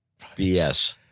BS